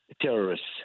terrorists